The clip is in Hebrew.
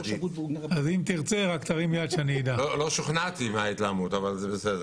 לא שוכנעתי מההתלהמות, אבל זה בסדר.